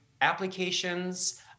applications